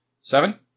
Seven